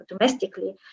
domestically